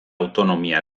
autonomia